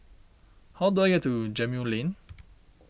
how do I get to Gemmill Lane